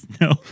No